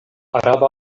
araba